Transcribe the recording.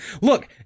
Look